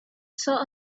saw